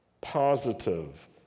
positive